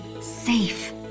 safe